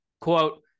quote